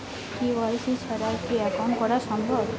KYC ছাড়া কি account করা সম্ভব?